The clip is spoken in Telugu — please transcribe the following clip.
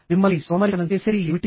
మిమ్మల్ని సోమరితనం చేసేది ఏమిటి